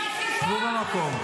שבו במקום.